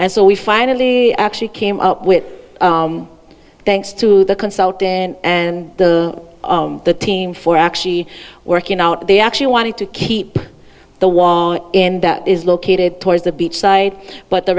and so we finally actually came up with thanks to the consultant and the team for actually working out they actually wanted to keep the wall in that is located towards the beach side but the